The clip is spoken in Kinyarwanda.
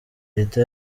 leta